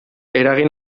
eragin